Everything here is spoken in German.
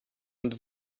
und